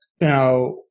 Now